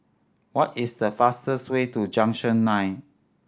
what is the fastest way to Junction Nine